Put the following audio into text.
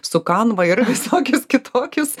su canva ir visokius kitokius